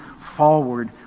forward